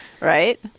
Right